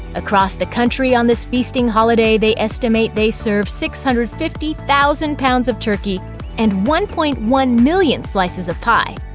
across the country on this feasting holiday, they estimate they serve six hundred and fifty thousand pounds of turkey and one point one million slices of pie.